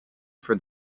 for